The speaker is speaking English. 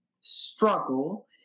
struggle